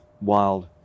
wild